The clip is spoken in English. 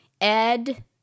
Ed